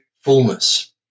fullness